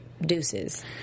Deuces